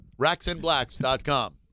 Racksandblacks.com